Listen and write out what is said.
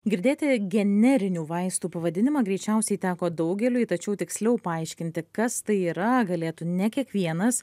girdėti generinių vaistų pavadinimą greičiausiai teko daugeliui tačiau tiksliau paaiškinti kas tai yra galėtų ne kiekvienas